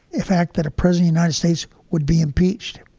in fact, that a president united states would be impeached.